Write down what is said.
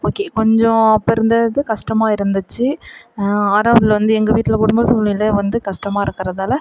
okay கொஞ்சம் அப்போ இருந்தது கஷ்டமாக இருந்துச்சு ஆறாவதில் வந்து எங்கள் வீட்டில் குடும்பச் சூழ்நிலை வந்து கஷ்டமாக இருக்கறதால்